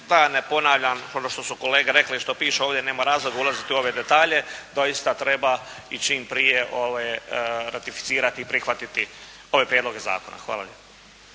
da ne ponavljam ono što su kolege rekle i što piše ovdje, nema razloga ulaziti u ove detalje, doista treba i čim prije ratificirati i prihvatiti ove prijedloge zakona. Hvala lijepo.